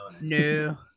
No